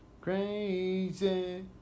crazy